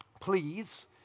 please